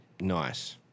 nice